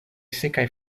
sekaj